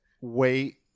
wait